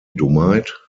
dummheit